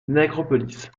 nègrepelisse